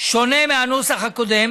שונה מהנוסח הקודם